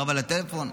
הרב בטלפון?